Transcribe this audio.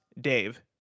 Dave